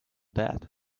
that